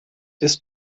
isst